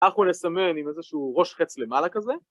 אנחנו נסמן עם איזשהו ראש חץ למעלה כזה?